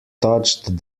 touched